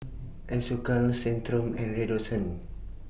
Isocal Centrum and Redoxon